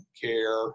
care